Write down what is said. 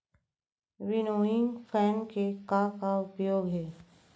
Winnowing fan के का का उपयोग हे?